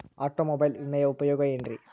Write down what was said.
Automobile ವಿಮೆಯ ಉಪಯೋಗ ಏನ್ರೀ?